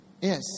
Yes